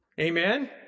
Amen